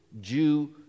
Jew